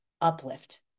uplift